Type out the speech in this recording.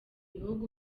bihugu